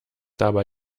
dabei